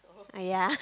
ah yea